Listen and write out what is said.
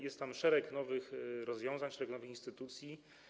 Jest tam szereg nowych rozwiązań, szereg nowych instytucji.